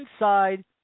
inside